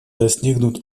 достигнут